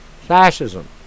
Fascism